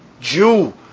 Jew